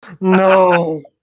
No